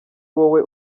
wowe